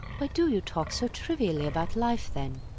why do you talk so trivially about life, then?